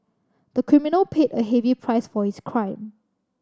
the criminal paid a heavy price for his crime